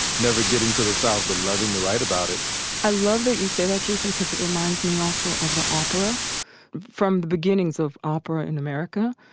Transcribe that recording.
never getting to the south, but loving to write about it i love that you say about jason because it reminds me also of the opera from the beginnings of opera in america.